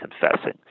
confessing